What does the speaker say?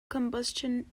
combustion